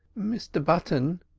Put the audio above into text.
mr button!